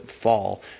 fall